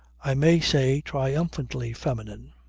i may say triumphantly feminine.